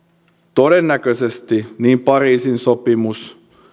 todennäköisesti niin pariisin sopimus